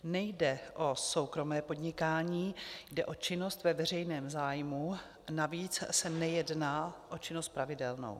Nejde o soukromé podnikání, jde o činnost ve veřejném zájmu, navíc se nejedná o činnost pravidelnou.